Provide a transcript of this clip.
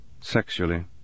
Sexually